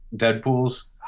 Deadpools